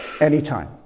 anytime